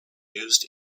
used